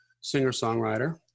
singer-songwriter